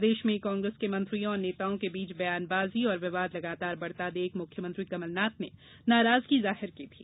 प्रदेश में कांग्रेस के मंत्रियों और नेताओं के बीच बयानबाजी और विवाद लगातार बढ़ता देख मुख्यमंत्री कमलनाथ ने नाराजगी जाहिर की थी